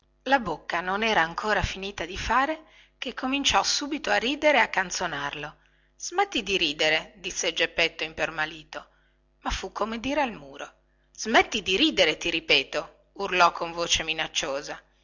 la bocca non era ancora finita di fare che cominciò subito a ridere e a canzonarlo smetti di ridere disse geppetto impermalito ma fu come dire al muro smetti di ridere ti ripeto urlò con voce minacciosa